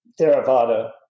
Theravada